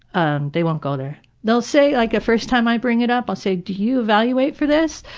um they won't go there. they'll say like a first time i bring it up, i'll say, do you evaluate for this?